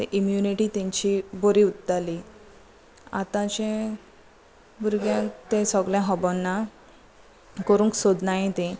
immunity तेंची बरी उत्ताली आतांचे भुरग्यांक ते सोगलें खबरना करूंक सोदनाय